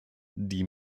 die